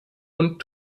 und